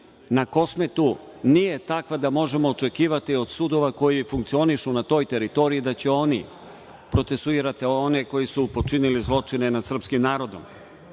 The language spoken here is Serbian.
i Kosmetu nije takva da možemo očekivati od sudova koji funkcionišu na toj teritoriji da će oni procesuirati one koji su počinili zločine nad srpskim narodom. Ono